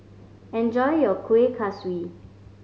enjoy your Kueh Kaswi